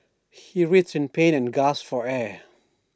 he writhed in pain and gasped for air